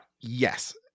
Yes